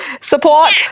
Support